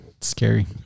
Scary